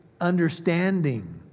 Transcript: understanding